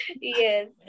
Yes